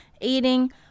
eating